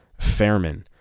Fairman